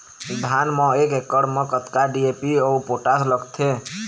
धान म एक एकड़ म कतका डी.ए.पी अऊ पोटास लगथे?